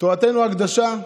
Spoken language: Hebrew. תורתנו הקדושה,